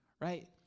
right